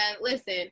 listen